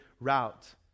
route